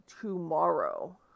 tomorrow